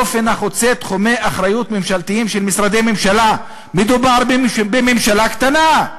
באופן החוצה תחומי אחריות ממשלתיים של משרדי ממשלה." מדובר בממשלה קטנה,